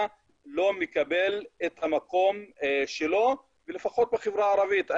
לא מקבל את המקום שלו ולפחות בחברה הערבית.